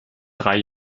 drei